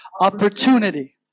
Opportunity